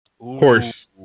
Horse